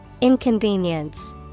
Inconvenience